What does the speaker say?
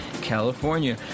California